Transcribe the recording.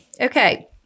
Okay